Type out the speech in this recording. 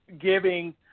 giving –